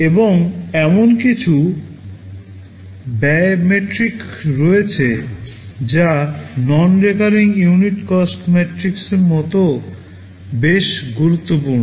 এবং এমন কিছু ব্যয় মেট্রিক রয়েছে যা nonrecurring unit cost matrix এর মতো বেশ গুরুত্বপূর্ণ